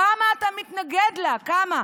כמה אתה מתנגד לה, כמה?